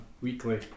Weekly